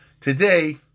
Today